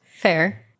fair